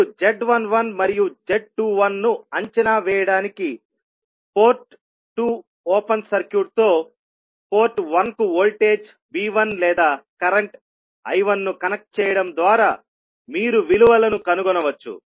ఇప్పుడు z11 మరియు z21 ను అంచనా వేయడానికి పోర్ట్ 2 ఓపెన్ సర్క్యూట్ తో పోర్ట్ 1 కు వోల్టేజ్ V1 లేదా కరెంట్ I1 ను కనెక్ట్ చేయడం ద్వారా మీరు విలువలను కనుగొనవచ్చు